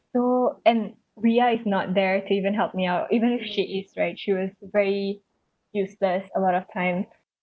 so and riyah is not there to even help me out even if she is right she was very useless a lot of time